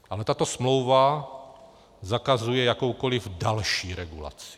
Ale tato smlouva zakazuje jakoukoliv další regulaci.